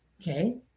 Okay